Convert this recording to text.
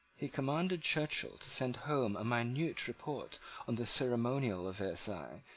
he commanded churchill to send home a minute report of the ceremonial of versailles,